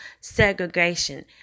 segregation